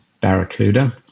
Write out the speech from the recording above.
Barracuda